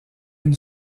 une